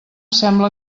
sembla